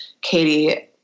Katie